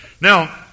Now